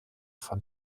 von